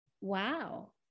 wow